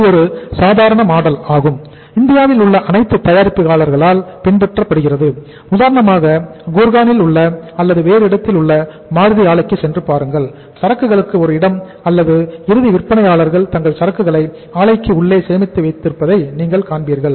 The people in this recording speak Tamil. இது ஒரு சாதாரண மாடல் உள்ள அல்லது வேறு இடத்தில் உள்ள மாருதி ஆலைக்கு சென்று பாருங்கள் சரக்குகளுக்கு ஒரு இடம் அல்லது இறுதி விற்பனையாளர்கள் தங்கள் சரக்குகளை ஆலைக்கு உள்ளே சேமித்து வைத்திருப்பதை நீங்கள் காண்பீர்கள்